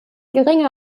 geringer